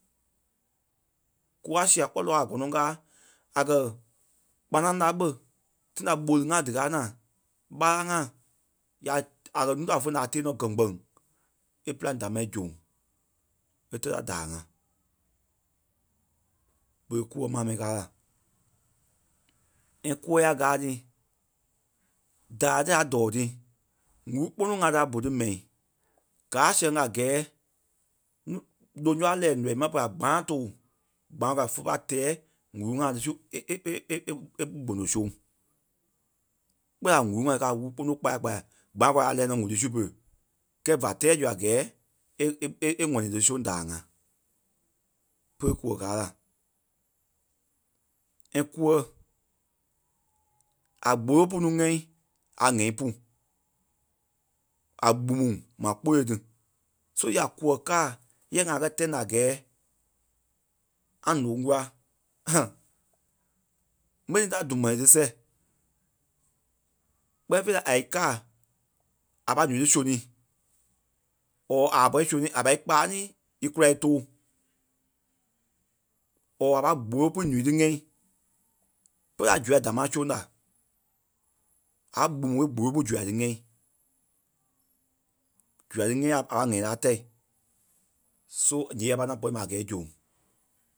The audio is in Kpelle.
Kûɛ a sia kpɔ́ ǹɔɔ a gɔnɔŋ káa a kɛ̀ kpanaŋ la ɓé tãi da ɓóli ŋa díkaa naa, ɓála ŋa ya a kɛ̀ núu da fe naa a tée nɔ gɛkpeŋ e pîlaŋ da ma e zoŋ e tɛ̀ la daai ŋa. Berei kûɛ maa mɛni kàa la. And kûɛ ya gáa ti daai tí a dɔɔ ti ŋ̀úrui kpune ŋai da bu ti mɛi gáa a sɛŋ a gɛɛ nuu- loŋ sûa a lɛɛ nɔii ma pere a gbana tóo gbana kao fe pai tɛɛ ŋ̀úrui ŋai ti su e- e- e- e- e- e- gbono zoŋ. Kpɛɛ la ŋ̀úrui ŋai káa a wúru kpono kpaya kpaya gbana kao a lɛ́ɛ nɔ ŋ̀úrui su pere. Kɛɛ fá tɛɛ zu a gɛɛ e- e- e- ŋɔni tí soŋ daai-ŋa. Pe- kûɛ káa la. And kûɛ a gbolɔ pú nuu ŋɛ́i a ŋ̀ɛ́i pú. A gbumu maa kpêle tí. So ya kûɛ káa yɛ a kɛ̀ tɛ̀ naa a gɛɛ ŋa ǹóŋ kula ɓe ni ta tûŋ mɛni tí seh. Kpɛɛ fêi la a í káa a pai nuu tí sônii or a pa pɔri í sônii a kpàanii í kula í tóo. Or a pâi gbûwɔ pui nuu díŋɛi. Pe a zua támaa soŋ la. Agbumu e gbûwo pú zua tí ŋɛ́i. Zua tí ŋɛ́i a- a ŋ̀ɛ́i la tɛ̀i so ǹyee a ŋaŋ pɔri ma a gɛɛ e zoŋ.